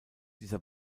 dieser